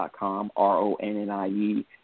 R-O-N-N-I-E